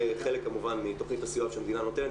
זה כמובן חלק מתכנית הסיוע שהמדינה נותנת.